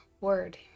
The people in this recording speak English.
word